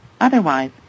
Otherwise